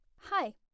Hi